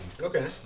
Okay